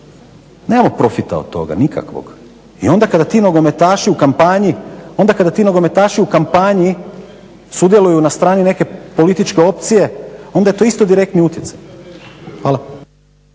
nemamo profita od toga nikakvog, i onda kada ti nogometaši u kampanji sudjeluju na strani neke političke opcije, onda je to isto direktni utjecaj. Hvala.